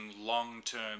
long-term